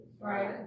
Right